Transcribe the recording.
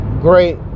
great